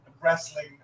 wrestling